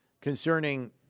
concerning